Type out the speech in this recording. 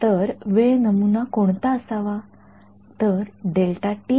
तर वेळ नमुना कोणता असावा